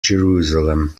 jerusalem